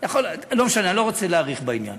לא משנה, אני לא רוצה להאריך בעניין.